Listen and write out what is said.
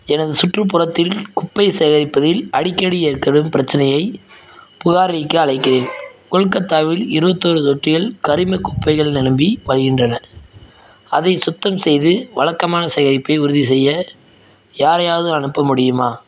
எனது சுற்றுப்புறத்தில் குப்பை சேகரிப்பதில் அடிக்கடி ஏற்படும் பிரச்சனையைப் புகாரளிக்க அழைக்கிறேன் கொல்கத்தாவில் இருபத்தொரு தொட்டிகள் கரிம குப்பைகள் நிரம்பி வழிகின்றன அதை சுத்தம் செய்து வழக்கமான சேகரிப்பை உறுதிசெய்ய யாரையாவது அனுப்ப முடியுமா